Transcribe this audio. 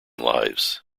lives